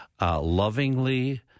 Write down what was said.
lovingly